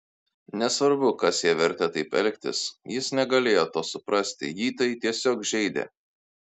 nesvarbu kas ją vertė taip elgtis jis negalėjo to suprasti jį tai tiesiog žeidė